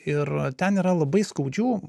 ir ten yra labai skaudžių